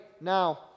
now